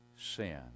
sin